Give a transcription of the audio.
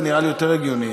זה נראה לי יותר הגיוני.